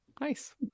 Nice